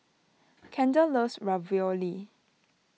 Kendall loves Ravioli